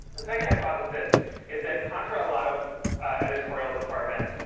the second hypothesis is that, contra a lot of editorial departments,